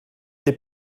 для